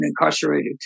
incarcerated